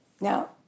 Now